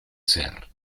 ser